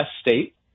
state